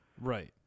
Right